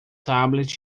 tablet